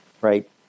right